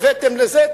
הבאתם לזה,